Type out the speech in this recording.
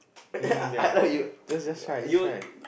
mm ya just just try just try